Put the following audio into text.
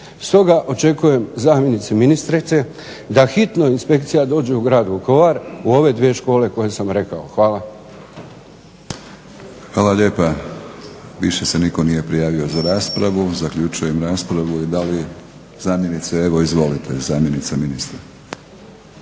Stoga očekujem zamjenice ministrice da hitno inspekcija dođe u grad Vukovar u ove dvije škole koje sam rekao. Hvala. **Batinić, Milorad (HNS)** Hvala lijepa. Više se nitko nije prijavio za raspravu. Zaključujem raspravu. Da li zamjenice? Evo izvolite, zamjenica ministra.